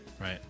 Right